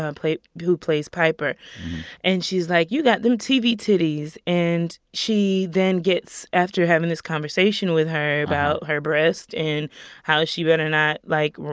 ah and who plays piper and she's like, you got them tv titties. and she then gets after having this conversation with her about her breasts and how she better not, like,